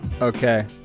okay